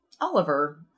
Oliver